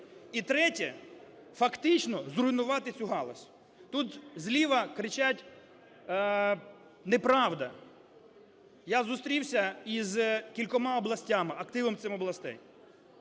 і третє – фактично зруйнувати цю галузь. Тут зліва кричать: неправда. Я зустрівся з кількома областями, активом цих областей.